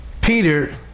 Peter